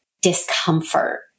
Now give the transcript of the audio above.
discomfort